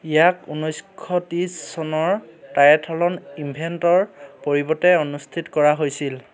ইয়াক ঊনৈছশ ত্ৰিছ চনৰ ট্ৰায়েথলন ইনভেণ্টৰ পৰিৱৰ্তে অনুষ্ঠিত কৰা হৈছিল